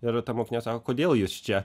ir ta mokinė sako kodėl jūs čia